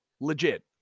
Legit